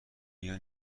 بیا